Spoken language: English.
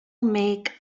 make